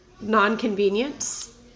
non-convenience